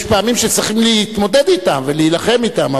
יש פעמים שצריכים להתמודד אתם ולהילחם בהם,